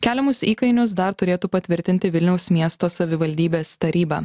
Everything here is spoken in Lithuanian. keliamus įkainius dar turėtų patvirtinti vilniaus miesto savivaldybės taryba